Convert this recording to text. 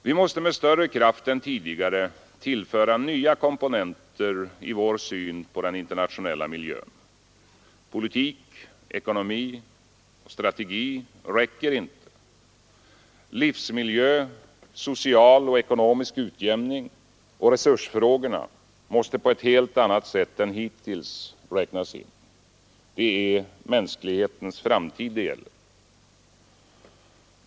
Vi måste med större kraft än tidigare tillföra nya komponenter i vår syn på den internationella miljön. Politik, ekonomi och strategi räcker inte — livsmiljö, social och ekonomisk utjämning och resursfrågorna måste på ett helt annat sätt än hittills räknas in. Det är mänsklighetens framtid det gäller.